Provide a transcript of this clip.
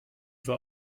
war